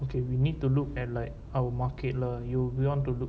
okay we need to look at like our market lah you you want to look